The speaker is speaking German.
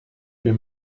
wir